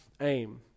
aim